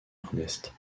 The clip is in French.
ernest